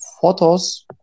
photos